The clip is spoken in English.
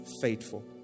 faithful